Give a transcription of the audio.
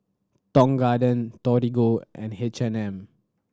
Tong Garden Torigo and H and M